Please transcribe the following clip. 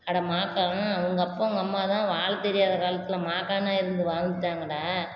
அட மாக்கான் உங்கள் அப்பா உங்கள் அம்மாதான் வாழத்தெரியாத காலத்தில் மாக்கான்னாக இருந்து வாழ்ந்துவிட்டாங்கடா